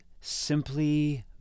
simply